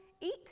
eat